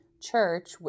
church